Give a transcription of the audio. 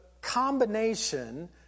combination